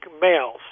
males